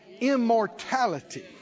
immortality